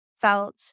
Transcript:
felt